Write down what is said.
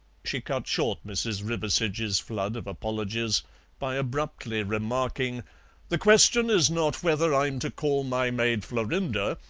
she cut short mrs. riversedge's flood of apologies by abruptly remarking the question is not whether i'm to call my maid florinda,